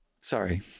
Sorry